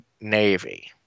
Navy